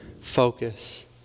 focus